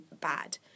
bad